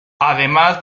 además